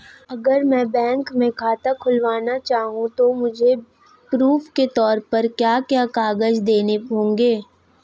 अगर मैं बैंक में खाता खुलाना चाहूं तो मुझे प्रूफ़ के तौर पर क्या क्या कागज़ देने होंगे?